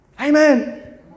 Amen